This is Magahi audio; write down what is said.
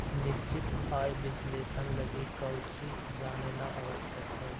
निश्चित आय विश्लेषण लगी कउची जानेला आवश्यक हइ?